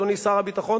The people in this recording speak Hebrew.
אדוני שר הביטחון,